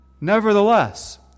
Nevertheless